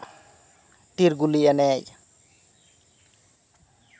ᱴᱤᱨ ᱜᱩᱞᱤ ᱮᱱᱮᱡ